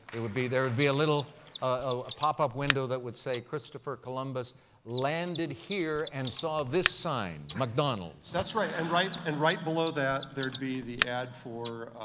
it would be there would be a little a pop-up window that would say, christopher columbus landed here and saw this sign mcdonalds. chapin that's right. and right and right below that, there'd be the ad for,